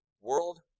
world